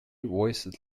voiced